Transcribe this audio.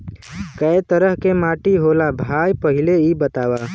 कै तरह के माटी होला भाय पहिले इ बतावा?